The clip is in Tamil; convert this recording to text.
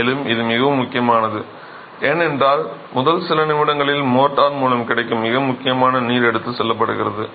மேலும் இது மிகவும் முக்கியமானது ஏனென்றால் முதல் சில நிமிடங்களில் மோர்ட்டார் மூலம் கிடைக்கும் மிக முக்கியமான நீர் எடுத்துச் செல்லப்படுகிறது